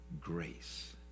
grace